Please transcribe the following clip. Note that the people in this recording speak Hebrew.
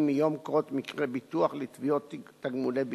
מיום קרות מקרה ביטוח לתביעות תגמולי ביטוח.